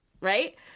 right